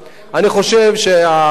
אני חושב שהחוק,